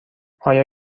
آیا